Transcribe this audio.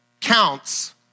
counts